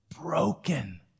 broken